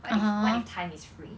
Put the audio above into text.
what if what if time is free